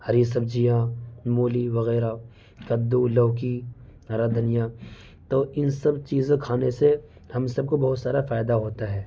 ہری سبزیاں مولی وغیرہ کدّو لوکی ہرا دھنیا تو ان سب چیزیں کھانے سے ہم سب کو بہت سارا فائدہ ہوتا ہے